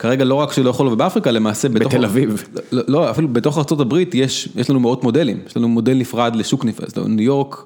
כרגע לא רק שלא יכול לבוא באפריקה, למעשה בתל אביב, לא, אפילו בתוך ארה״ב יש לנו מאות מודלים, יש לנו מודל נפרד לשוק נפ... ניו יורק.